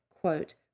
quote